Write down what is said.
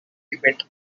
debate